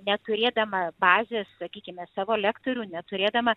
neturėdama bazės sakykime savo lektorių neturėdama